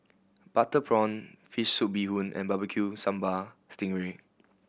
butter prawn fish soup bee hoon and Barbecue Sambal sting ray